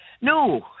No